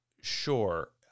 sure